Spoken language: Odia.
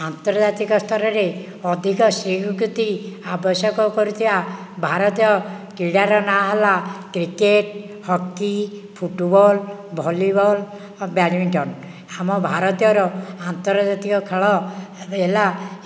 ଆନ୍ତର୍ଜାତିକ ସ୍ତରରେ ଅଧିକ ସ୍ୱୀକୃତି ଆବଶ୍ୟକ କରିଥିବା ଭାରତୀୟ କ୍ରୀଡ଼ାର ନାଁ ହେଲା cricket hockey football volleyball badminton ଆମ ଭାରତର ଆନ୍ତର୍ଜାତିକ ଖେଳ ହେଲା